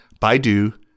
Baidu